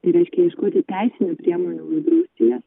tai reiškia ieškoti teisinių priemonių uždrausti jas